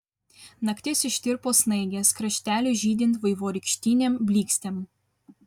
naktis ištirpo snaigės krašteliui žydint vaivorykštinėm blykstėm